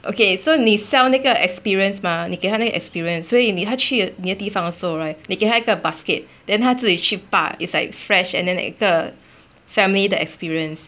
okay so 你 sell 那个 experience mah 你给他那个 experience 所以你他去那些地方的时候 right 你给他一个 basket then 他自己去拔 it's like fresh and then 一个 family 的 experience